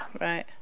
Right